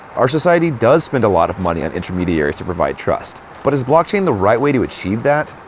our society does spend a lot of money and intermediaries to provide trust, but is blockchain the right way to achieve that,